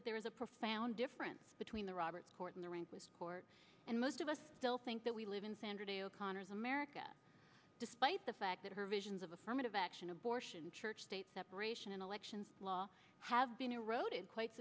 that there is a profound difference between the roberts court and the rehnquist court and most of us still think that we live in sandra day o'connor's america despite the fact that her visions of herman of action abortion church state separation and elections law have been eroded quite